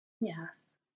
Yes